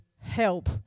help